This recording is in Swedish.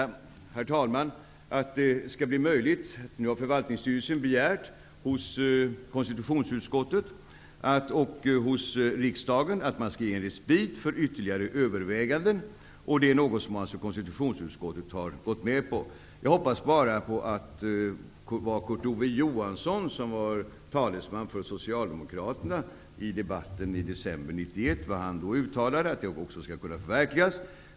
Förvaltningssstyrelen har begärt hos konstitutionsutskottet och hos riksdagen att man skall ge respit för ytterligare överväganden. Det är något som konstitutionsutskottet alltså har gått med på. Jag hoppas bara att det som Kurt Ove Johansson, som var talesman för socialdemokraterna, uttalade i debatten i december 1991 skall kunna förverkligas.